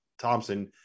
Thompson